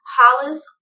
Hollis